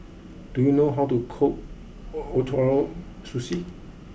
do you know how to cook Ootoro Sushi